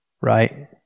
right